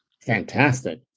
fantastic